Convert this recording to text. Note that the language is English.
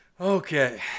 okay